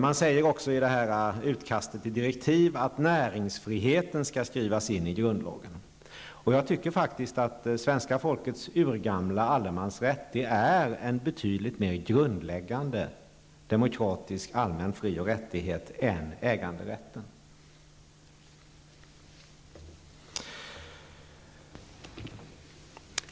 Man säger också i utkastet till direktiv att näringsfriheten skall skrivas in i grundlagen. Jag tycker faktiskt att svenska folkets urgamla allemansrätt är en betydligt mer grundläggande demokratisk allmän fri och rättighet än äganderätten.